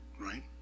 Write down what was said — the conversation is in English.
right